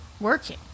working